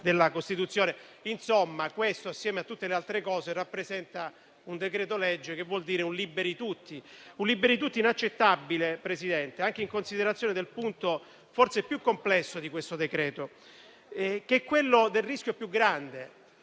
della Costituzione. Insomma, questo, assieme a tutto il resto, rappresenta un decreto-legge che contiene un "liberi tutti" inaccettabile, Presidente, anche in considerazione del punto forse più complesso di questo decreto-legge, che è quello relativo al rischio più grande.